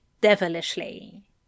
devilishly